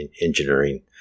engineering